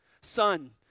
Son